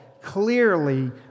clearly